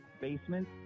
basement